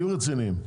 תהיו רציניים,